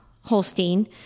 Holstein